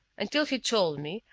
until he told me,